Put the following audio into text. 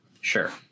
Sure